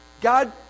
God